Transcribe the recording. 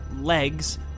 legs